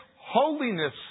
holiness